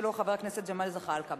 שלו, חבר הכנסת ג'מאל זחאלקה.